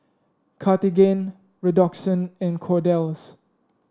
Cartigain Redoxon and Kordel's